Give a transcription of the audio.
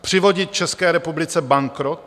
Přivodit České republice bankrot?